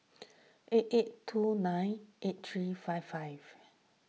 eight eight two nine eight three five five